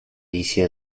一些